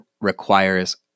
requires